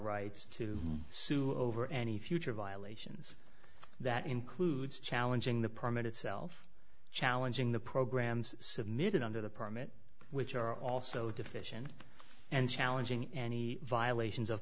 rights to sue over any future violations that includes challenging the permit itself challenging the programs submitted under the permit which are also deficient and challenging any violations of